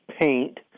paint